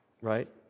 right